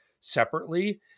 separately